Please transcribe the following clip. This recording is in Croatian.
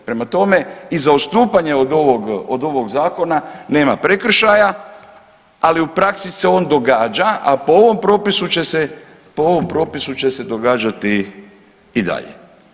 Prema tome, i za odstupanje od ovog zakona nema prekršaja, ali u praksi se on događa, a po ovom propisu će se događati i dalje.